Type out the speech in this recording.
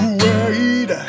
wait